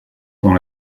dans